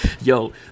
Yo